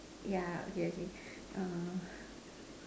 yeah okay okay